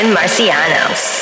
Marcianos